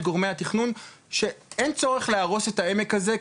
גורמי התכנון שאין צורך להרוס את העמק הזה,